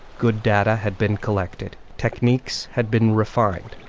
good data had been collected. techniques had been refined.